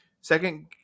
Second